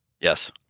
Yes